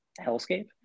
hellscape